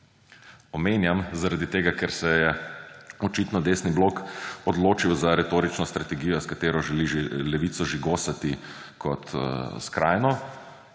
Omenjam zaradi tega, ker se je očitno desni blok odločil za retorično strategijo, s katero želi Levico žigosati kot skrajno,